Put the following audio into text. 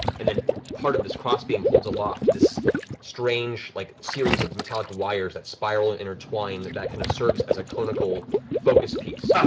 and then part of this cross-beam holds aloft this strange like series of metallic wires that spiral and intertwine that kind of serves as a conical focus piece.